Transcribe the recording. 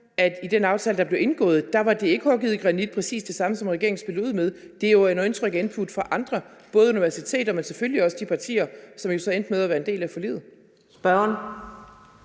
at i den aftale, der blev indgået, var det ikke hugget i granit, at det var præcis det samme, som regeringen spillede ud med. Det er jo under indtryk og input fra andre, både universiteter, men selvfølgelig også de partier, som så endte med at være en del af forliget. Kl.